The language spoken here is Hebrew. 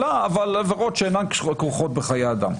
עבירות שאינן כרוכות בחיי אדם.